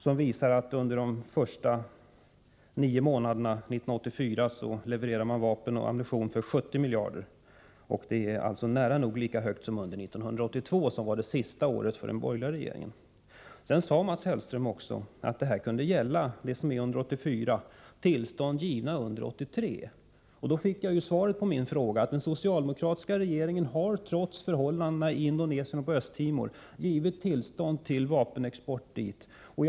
Den visar att det under de första nio månaderna 1984 levererades vapen och ammunition för 70 miljarder, och det är nära nog lika mycket som under 1982, som var det sista året för den borgerliga regeringen. Mats Hellström sade också att exporten under 1984 kunde gälla tillstånd givna under 1983. Då fick jag svar på min fråga — den socialdemokratiska regeringen har, trots förhållandena i Indonesien och Östtimor, gett tillstånd till vapenexport till Indonesien.